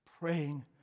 praying